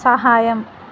సహాయం